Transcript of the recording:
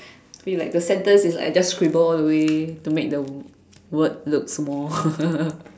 I feel like the sentence is like I just scribble all the way to make the words look small